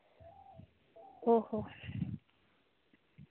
ᱚᱸᱻ ᱦᱚᱸ